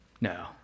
No